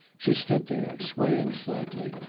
she stood there, swaying slightly,